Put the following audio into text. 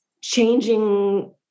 changing